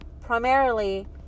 primarily